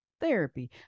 therapy